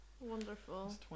Wonderful